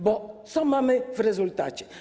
Bo co mamy w rezultacie?